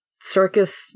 circus